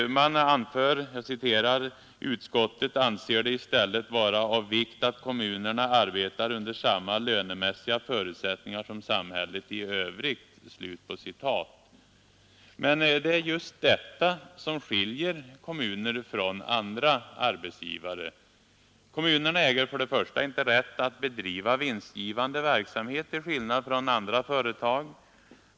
Utskottet anför: ”——— utskottet anser det i stället vara av vikt att kommunerna arbetar under samma lönemässiga förutsättningar som samhället i övrigt.” Men det är just detta som skiljer kommuner från andra arbetsgivare. Kommunerna äger för det första inte rätt att bedriva vinstgivande verksamhet till skillnad från andra företag.